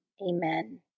Amen